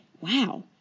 Wow